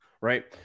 Right